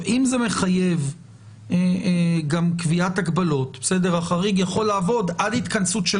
אם זה מחייב גם קביעת הגבלות - החריג יכול לעבוד עד התכנסות של